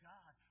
God